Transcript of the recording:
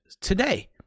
today